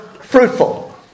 fruitful